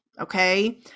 okay